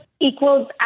equals